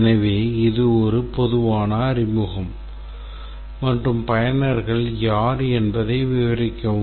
எனவே இது பொதுவான அறிமுகம் மற்றும் பயனர்கள் யார் என்பதை விவரிக்கவும்